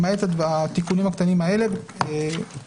למעט התיקונים הקטנים האלה והשינויים